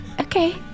Okay